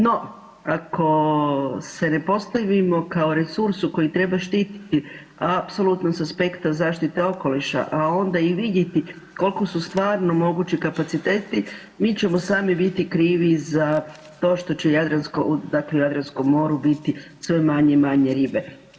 No, ako se ne postavimo kao resursu koji treba štititi apsolutno sa aspekt zaštite okoliša a onda i vidjeti koliko su stvarno mogući kapaciteti, mi ćemo sami biti krivi za to što će u Jadranskom moru biti sve manje i manje ribe.